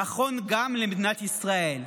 נכון גם למדינת ישראל.